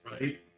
right